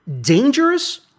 dangerous